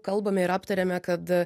kalbame ir aptarėme kad